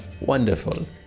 wonderful